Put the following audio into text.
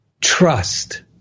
trust